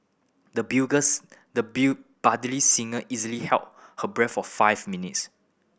the the budding singer easily held her breath for five minutes